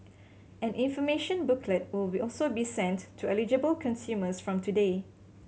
an information booklet will be also be sent to eligible consumers from today